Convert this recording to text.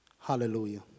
Hallelujah